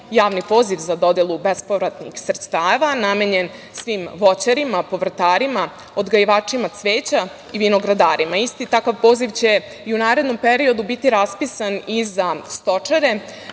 javni poziv za dodelu bespovratnih sredstava namenjen svim voćarima, povrtarima, odgajivačima cveća i vinogradarima. Isti takav poziv će i u narednom periodu biti raspisan i za stočare,